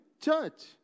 church